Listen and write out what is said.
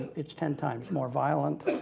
its ten times more violent.